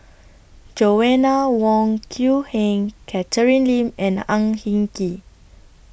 Joanna Wong Quee Heng Catherine Lim and Ang Hin Kee